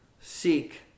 Seek